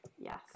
Yes